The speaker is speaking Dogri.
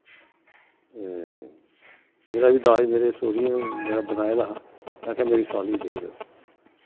ते जेह्ड़ा बी दाज़ मेरे सौह्रियें मेरा बनाए दा हा में आक्खेआ मेरी साली देई ओड़ो